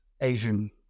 Asian